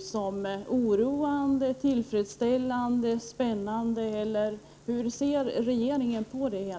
som oroande, tillfredsställande, spännande eller hur ser regeringen på detta?